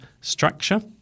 structure